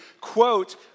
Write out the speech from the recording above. quote